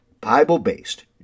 Bible-based